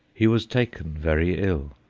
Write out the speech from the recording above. he was taken very ill.